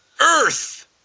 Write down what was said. Earth